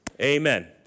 Amen